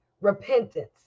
Repentance